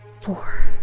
four